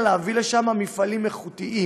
אלא להביא לשם מפעלים איכותיים.